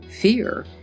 Fear